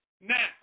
Now